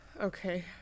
Okay